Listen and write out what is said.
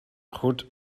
goed